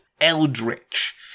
Eldritch